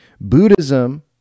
Buddhism